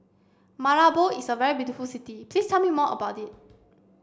Malabo is a very beautiful city please tell me more about it